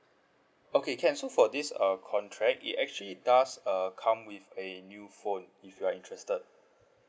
okay can so for this err contract it actually does err come with a new phone if you are interested